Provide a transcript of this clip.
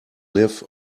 live